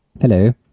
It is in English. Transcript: Hello